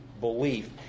belief